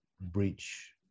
breach